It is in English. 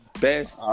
best